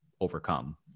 overcome